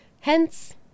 Hence